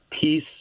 peace